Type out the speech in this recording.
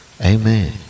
Amen